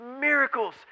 miracles